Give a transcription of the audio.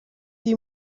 die